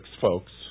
folks